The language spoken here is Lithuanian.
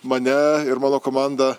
mane ir mano komandą